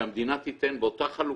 שהמדינה תיתן באותה חלוקה,